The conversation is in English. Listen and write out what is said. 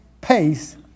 pace